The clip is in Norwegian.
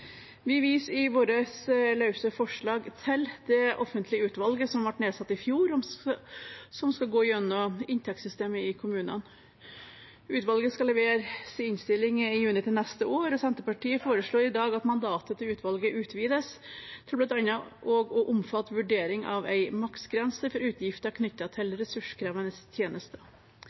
Vi viser i vårt løse forslag til det offentlige utvalget som ble nedsatt i fjor, som skal gå gjennom inntektssystemet i kommunene. Utvalget skal levere sin innstilling i juni til neste år. Senterpartiet foreslår i dag at mandatet til utvalget utvides til også å omfatte bl.a. vurdering av en maksgrense for utgifter knyttet til ressurskrevende tjenester.